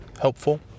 helpful